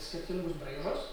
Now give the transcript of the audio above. skirtingus braižus